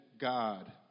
God